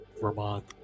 Vermont